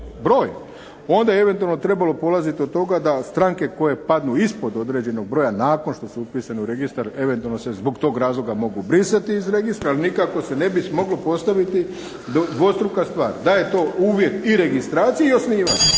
broj, onda je eventualno trebalo polazit od toga da stranke koje padnu ispod određenog broja nakon što su upisane u Registar, eventualno se zbog tog razloga mogu brisati iz Registra. Ali nikako se ne bi smjelo postaviti dvostruka stvar. Da je to uvjet i registracije i osnivanja